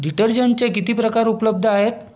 डिटर्जंटचे किती प्रकार उपलब्ध आहेत